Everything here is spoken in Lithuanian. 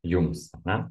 jums ane